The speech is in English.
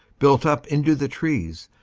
built up into the trees,